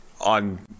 on